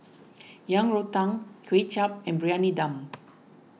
Yang Rou Tang Kway Chap and Briyani Dum